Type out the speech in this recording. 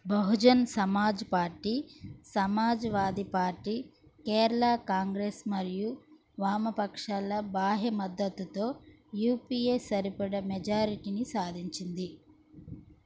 Bahujan Samaj Party Samajwadi Party Kerala Congress మరియు వామపక్షాల బాహ్య మద్దతుతో యుపిఏ సరిపడ మెజారిటీని సాధించింది